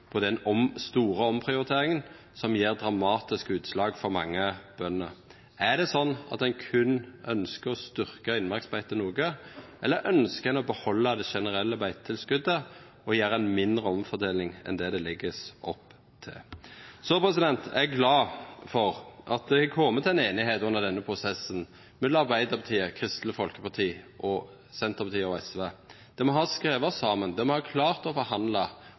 store omprioriteringa som gjev dramatiske utslag for mange av bøndene. Er det slik at ein berre ønskjer å styrkja innmarksbeite noko, eller ønskjer ein å behalda det generelle beitetilskotet og gjera ei mindre omfordeling enn det ein legg opp til? Eg er glad for at det har kome til ei einigheit under denne prosessen, mellom Arbeidarpartiet, Kristeleg Folkeparti, Senterpartiet og SV – det me har skrive oss saman om, det me har klart å forhandla